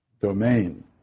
domain